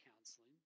counseling